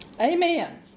Amen